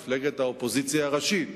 רוצים לפגוע במפלגת האופוזיציה הראשית